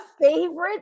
favorite